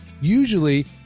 Usually